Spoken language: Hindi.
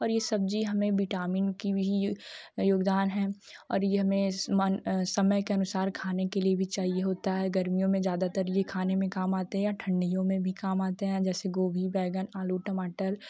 और यह सब्ज़ी हमें विटामिन की भी योगदान है और यह हमें समय के अनुसार खाने के लिए भी चाहिए होता है गर्मियों में ज़्यादातर यह खाने में काम आते हैं या ठंडियों में भी काम आते हैं जैसे गोभी बैंगन आलू टमाटर